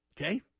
Okay